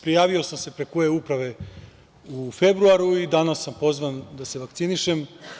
Prijavio sam se preko e-uprave u februaru i danas sam pozvan da se vakcinišem.